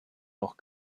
noch